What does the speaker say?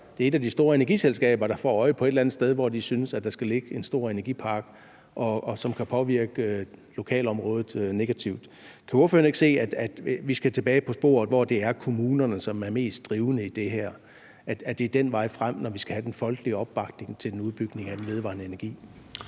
det er et af de store energiselskaber, der får øje på et eller andet sted, hvor de synes at der skal ligge en stor energipark, som kan påvirke lokalområdet negativt. Kan ordføreren ikke se, at vi skal tilbage på sporet, hvor det er kommunerne, som er mest drivende i det her – at det er den vej frem, når vi skal have den folkelige opbakning til en udbygning af den vedvarende energi?